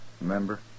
Remember